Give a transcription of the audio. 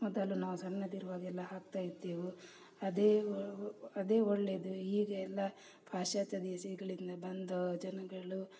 ಮೊದಲು ನಾವು ಸಣ್ಣದಿರುವಾಗ ಎಲ್ಲ ಹಾಕ್ತಾಯಿದ್ದೆವು ಅದೇ ಒ ಒ ಅದೇ ಒಳ್ಳೆಯದು ಈಗ ಎಲ್ಲ ಪಾಶ್ಚಾತ್ಯ ದೇಶಗಳಿಂದ ಬಂದು ಜನಗಳು